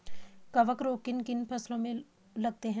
कवक रोग किन किन फसलों में लगते हैं?